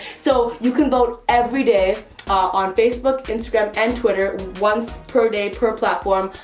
so, you can vote everyday on facebook, instagram and twitter. once per day per platform.